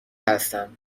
هستم